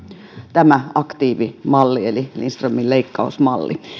tämä aktiivimalli eli lindströmin leikkausmalli